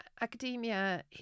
academia